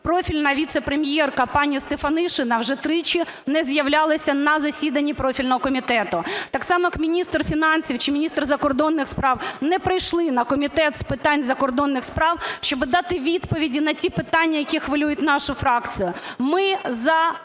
профільна віце-прем'єрка пані Стефанішина вже тричі не з'являлася на засідання профільного комітету. Так само, як міністр фінансів чи міністр закордонних справ не прийшли на Комітет з питань закордонних справ, щоби дати відповіді на ті питання, які хвилюють нашу фракцію. Ми за